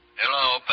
Hello